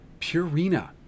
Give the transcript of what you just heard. Purina